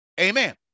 Amen